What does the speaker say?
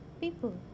people